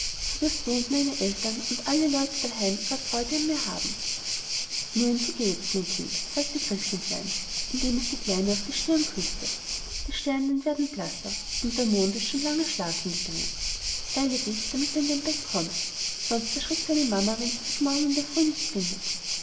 so daß du und meine eltern und alle leute daheim ihre freude an mir haben nun so geh jetzt mein kind sagte christkindlein in dem es die kleine auf die stirne küßte die sternlein werden blasser und der mond ist schon lange schlafengegangen eile dich damit du in dein bett kommst sonst erschrickt deine mama wenn sie dich morgen früh nicht findet